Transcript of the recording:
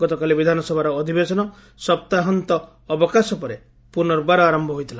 ଗତକାଲି ବିଧାନସଭାର ଅଧିବେଶନ ଅବକାଶ ପରେ ପୁନର୍ବାର ଆରମ୍ଭ ହୋଇଥିଲା